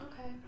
okay